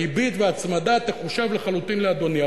הריבית וההצמדה יחושבו לחלוטין לאדוני.